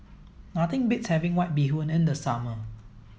nothing beats having white bee Hoon in the summer